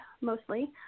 mostly